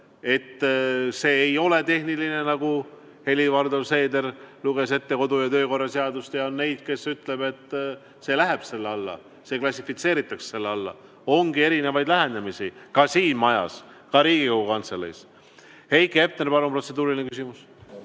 et see ei ole tehniline muudatus – Helir-Valdor Seeder ju luges ette kodu- ja töökorra seadust –, ja on ka neid, kes ütlevad, et see läheb selle alla, see klassifitseeritakse selle alla. Ongi erinevaid lähenemisi ka siin majas, ka Riigikogu Kantseleis. Heiki Hepner, palun, protseduuriline küsimus!